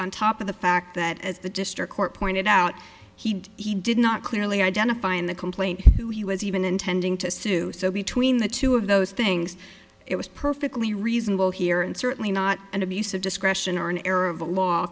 on top of the fact that as the district court pointed out he did he did not clearly identify in the complaint he was even intending to sue so between the two of those things it was perfectly reasonable here and certainly not an abuse of discretion or an error of the law